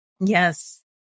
Yes